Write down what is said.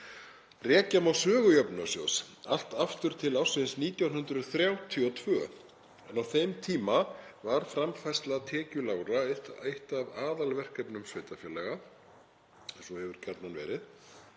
Rekja má sögu jöfnunarsjóðs allt aftur til ársins 1932 en á þeim tíma var framfærsla tekjulágra eitt af aðalverkefnum sveitarfélaga, svo hefur gjarnan verið